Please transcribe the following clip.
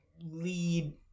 Lead